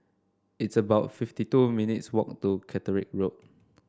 it's about fifty two minutes' walk to Caterick Road